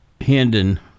Hendon